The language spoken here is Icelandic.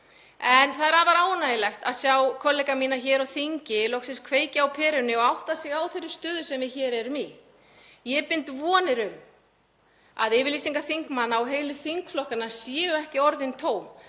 En það er afar ánægjulegt að sjá kollega mína hér á þingi loksins kveikja á perunni og átta sig á þeirri stöðu sem við erum í. Ég bind vonir við að yfirlýsingar þingmanna og heilu þingflokkanna séu ekki orðin tóm